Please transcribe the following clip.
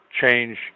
change